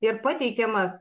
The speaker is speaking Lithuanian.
ir pateikiamas